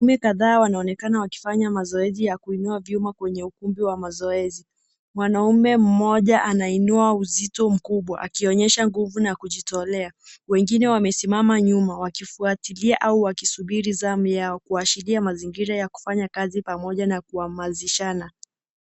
Wanaume kadhaa wanaonekana wakiinua vyuma katika ukumbi wa mazoezi. Mwanamume mmoja anainuwa uzito mkubwa akionyesha nguvu na kujitolea wengine wamesimama nyuma wakifuatilia au wakisubiri zamu yao. Kuashiria mazingira ya kufanya kazi pamoja na kuhamasishana.